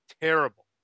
Terrible